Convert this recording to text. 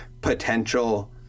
potential